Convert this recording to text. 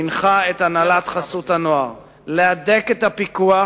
הנחה את הנהלת חסות הנוער להדק את הפיקוח